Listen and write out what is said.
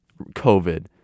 COVID